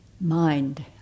mind